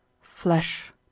Flesh